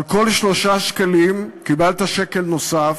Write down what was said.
על כל 3 שקלים קיבלת שקל נוסף.